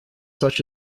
such